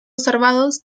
observados